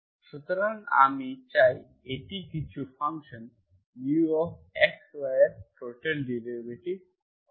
সুতরাং আমি চাই এটি কিছু ফাংশন Uxy এর টোটাল ডেরিভেটিভ হোক